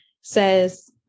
says